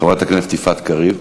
חברת הכנסת יפעת קריב,